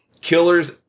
Killers